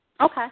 Okay